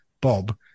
Bob